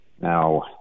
Now